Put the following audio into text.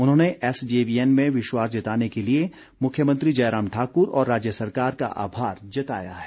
उन्होंने एसजेवीएन में विश्वास जताने के लिए मुख्यमंत्री जयराम ठाकुर और राज्य सरकार का आभार जताया है